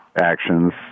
actions